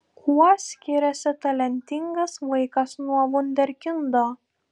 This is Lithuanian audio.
kuo skiriasi talentingas vaikas nuo vunderkindo